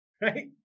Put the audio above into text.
right